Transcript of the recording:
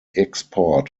export